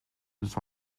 nous